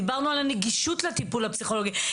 דיברנו על הנגישות לטיפול הפסיכולוגי.